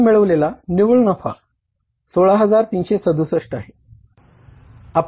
आपण मिळवलेला निव्वळ नफा 16367 आहे